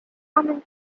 common